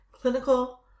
clinical